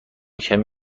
کمی